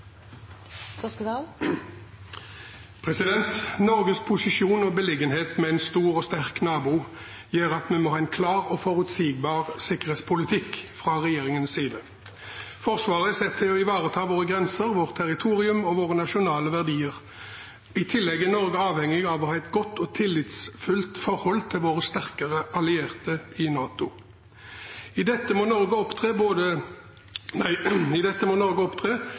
Norges posisjon og beliggenhet ved en stor og sterk nabo gjør at vi må ha en klar og forutsigbar sikkerhetspolitikk fra regjeringens side. Forsvaret er satt til å ivareta våre grenser, vårt territorium og våre nasjonale verdier. I tillegg er Norge avhengig av å ha et godt og tillitsfullt forhold til våre sterkere allierte i NATO. I dette må Norge opptre som en pålitelig aktør med store krav til forvaltningen av fellesskapet og samarbeidet. Vi må